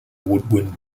woodwind